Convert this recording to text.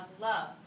love